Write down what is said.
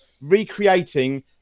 recreating